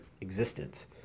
existence